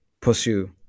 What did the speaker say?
pursue